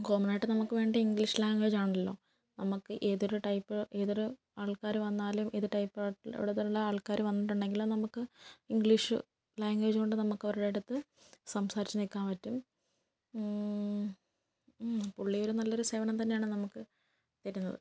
common ആയിട്ട് നമുക്ക് വേണ്ടത് ഇംഗ്ലീഷ് ലാംഗ്വേജ് ആണല്ലോ നമുക്ക് ഏതൊരു ടൈപ്പ് ഏതൊരു ആൾക്കാർ വന്നാലും ഏത് ടൈപ്പ് ആയിട്ടുള്ള എവിടെ നിന്നുള്ള ആൾക്കാർ വന്നിട്ടുണ്ടെങ്കിലും നമുക്ക് ഇംഗ്ലീഷ് ലാംഗ്വേജ് കൊണ്ട് നമുക്ക് അവരുടെ അടുത്ത് സംസാരിച്ച് നിൽക്കാൻ പറ്റും പുള്ളിയൊരു നല്ലൊരു സേവനം തന്നെയാണ് നമുക്ക് തരുന്നത്